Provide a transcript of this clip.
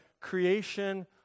creation